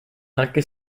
anche